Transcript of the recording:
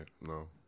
No